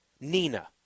Nina